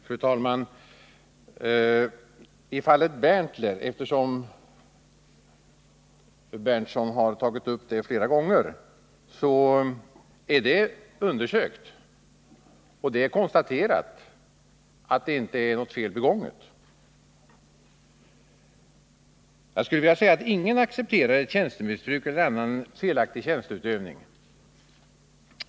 Fru talman! I fallet Berntler, som Nils Berndtson tagit upp flera gånger, är det undersökt och konstaterat att det inte är något fel begånget. Jag skulle vilja säga att ingen accepterar ett tjänstemissbruk eller en felaktig tjänsteutövning.